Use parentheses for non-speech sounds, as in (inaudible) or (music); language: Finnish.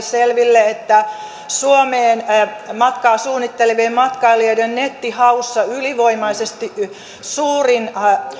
(unintelligible) selville että suomeen matkaa suunnittelevien matkailijoiden nettihauissa ylivoimaisesti suurin